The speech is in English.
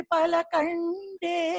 Palakande